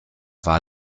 war